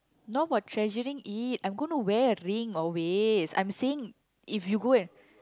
not about treasuring it I'm gonna wear a ring always I'm saying if you go and